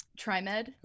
TriMed